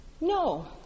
No